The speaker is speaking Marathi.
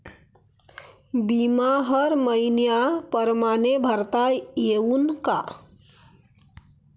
बिमा हर मइन्या परमाने भरता येऊन का?